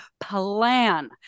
plan